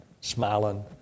smiling